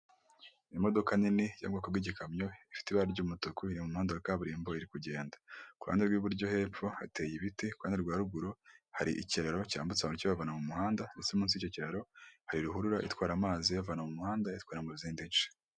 Imodoka nini yo mu bwoko bw'igikamyo ifite ibara ry'umutuku iri mu muhanda wa kaburimbo iri kugenda. Kuhande rw'iburyo hepfo hateye ibiti ku ruhande rwa ruguru hari ikiraro cyambutsa abantu kibavana mu muhanda ndetse munsi y'icyo kiraro hari ruhurura itwara amazi iyavana mu muhanda iyatwara mu zindi nce.